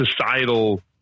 societal